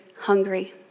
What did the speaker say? hungry